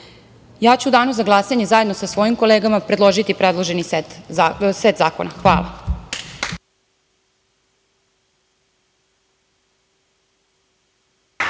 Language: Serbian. danu za glasanje zajedno sa svojim kolegama predložiti, predloženi set zakona. Hvala.